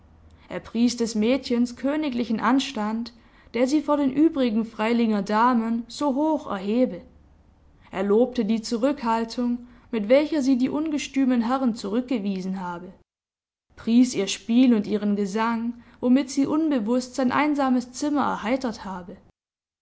er pries des mädchens königlichen anstand der sie vor den übrigen freilinger damen so hoch erhebe er lobte die zurückhaltung mit welcher sie die ungestümen herren zurückgewiesen habe pries ihr spiel und ihren gesang womit sie unbewußt sein einsames zimmer erheitert habe eine